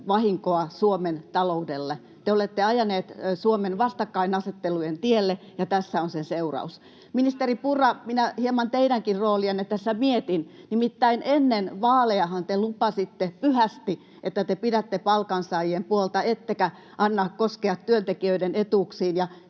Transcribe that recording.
vahinkoa Suomen taloudelle. Te olette ajaneet Suomen vastakkainasettelujen tielle, ja tässä on sen seuraus. Ministeri Purra, minä hieman teidänkin roolianne tässä mietin. Nimittäin ennen vaalejahan te lupasitte pyhästi, että te pidätte palkansaajien puolta ettekä anna koskea työntekijöiden etuuksiin.